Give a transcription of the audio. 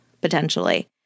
potentially